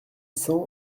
cent